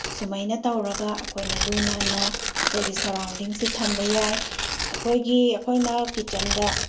ꯁꯨꯃꯥꯏꯅ ꯇꯧꯔꯒ ꯑꯩꯈꯣꯏꯅ ꯂꯨ ꯅꯥꯟꯅ ꯑꯩꯈꯣꯏꯒꯤ ꯁꯔꯥꯎꯟꯗꯤꯡꯁꯦ ꯊꯝꯕ ꯌꯥꯏ ꯑꯩꯈꯣꯏꯒꯤ ꯑꯩꯈꯣꯏꯅ ꯀꯤꯠꯆꯟꯗ